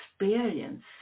experience